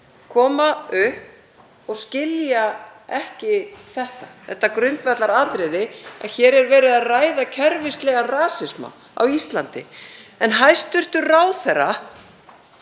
koma upp og skilja ekki það grundvallaratriði að hér er verið að ræða kerfislegan rasisma á Íslandi. Hæstv. ráðherra